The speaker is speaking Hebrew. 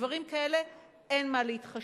בדברים כאלה אין מה להתחשב.